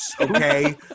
Okay